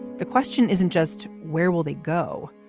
the question isn't just where will they go?